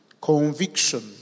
conviction